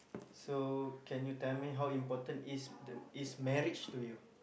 so can you tell me how important is the is marriage to you